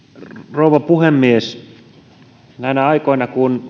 rouva puhemies näinä aikoina kun